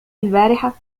البارحة